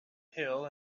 hill